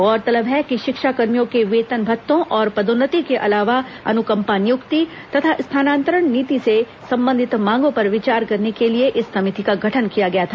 गौरतलब है कि शिक्षाकर्मियों के वेतन भत्तों और पदोन्नति के अलावा अनुकंपा नियुक्ति तथा स्थानांतरण नीति से संबंधित मांगों पर विचार करने के लिए इस समिति का गठन किया गया था